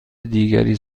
دیگری